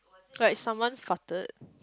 like someone farted